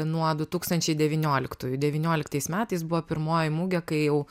nuo du tūkstančiai devynioliktųjų devynioliktais metais buvo pirmoji mugė kai jau